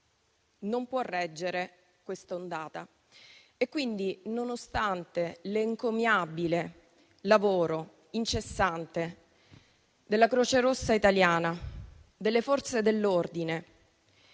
non può reggere questa ondata, nonostante l'encomiabile lavoro incessante della Croce rossa italiana, delle Forze dell'ordine